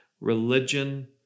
religion